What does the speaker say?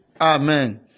Amen